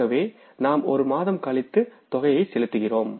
ஆகவேநாம் ஒரு மாதம் கழிந்து தொகையை செலுத்துகிறோம்